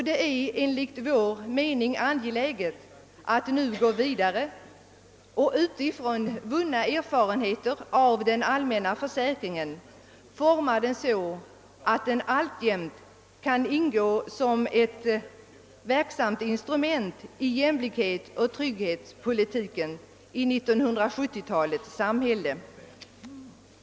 Det är enligt vår mening angeläget att nu gå vidare och utifrån vunna erfarenheter av den allmänna försäkringen forma den så att den alltjämt kan ingå som ett verksamt instrument i jämlikhetsoch trygghetspolitiken i 1970-talets samhälle.